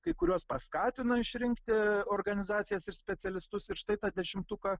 kai kuriuos paskatino išrinkti organizacijas ir specialistus ir štai tą dešimtuką